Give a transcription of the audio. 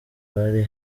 bari